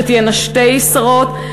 שתהיינה שתי שרות,